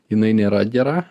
jinai nėra gera